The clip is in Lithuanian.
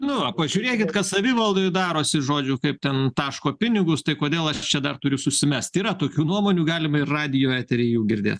nu va pažiūrėkit kas savivaldoj darosi žodžiu kaip ten taško pinigus tai kodėl aš čia dar turiu susimesti yra tokių nuomonių galima ir radijo eteryje jų girdėt